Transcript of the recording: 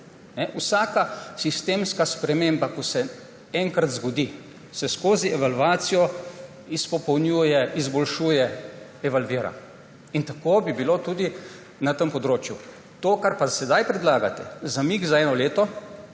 Vsaka sistemska sprememba, ko se enkrat zgodi, se skozi evalvacijo izpolnjuje, izboljšuje, evalvira. In tako bi bilo tudi na tem področju. To, kar pa sedaj predlagate, zamik za eno leto,